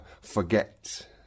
forget